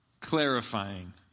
clarifying